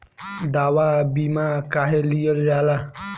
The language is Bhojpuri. दवा बीमा काहे लियल जाला?